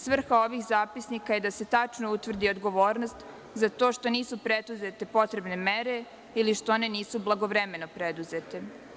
Svrha ovih zapisnika je da se tačno utvrdi odgovornost za to što nisu preduzete potrebne mere ili što one nisu blagovremeno preduzete.